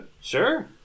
Sure